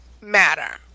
matter